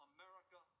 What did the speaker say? America